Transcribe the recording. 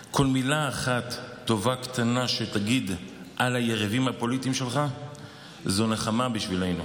כל מילה אחת טובה קטנה שתגיד על היריבים הפוליטיים שלך זו נחמה בשבילנו.